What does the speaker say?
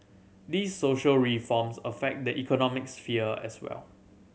these social reforms affect the economic sphere as well